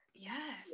Yes